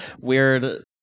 weird